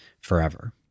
forever